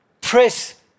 press